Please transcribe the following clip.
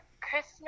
Christmas